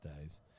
days